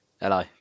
Hello